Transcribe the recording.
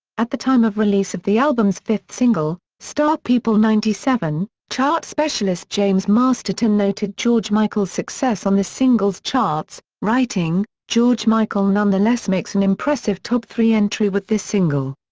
at the time of release of the album's fifth single, star people ninety seven, chart specialist james masterton noted george michael's success on the singles charts, writing george michael nonetheless makes an impressive top three entry with this single.